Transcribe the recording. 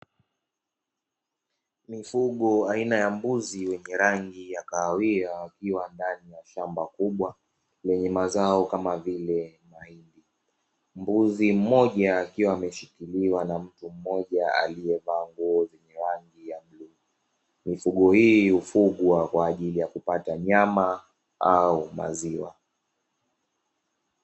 Mifugo aina ya mbuzi yenye rangi ya Kahawia, ikiwa ndani ya shamba kubwa lenye mazao kama vile Mahindi, Mbuzi mmoja akiwa ameshikiliwa na mtu mmoja aliyevaa nguo yenye rangi nyeusi, mifugo hii hufugwa kwaajili ya kupata nyama au maziwa.